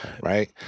Right